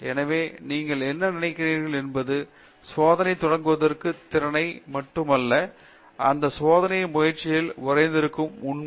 எனவே நீங்கள் என்ன நினைக்கிறீர்கள் என்பது பரிசோதனையை தொடங்குவதற்கான திறனை மட்டும் அல்ல அந்த சோதனை முயற்சியில் உறைந்திருக்கும் உண்மை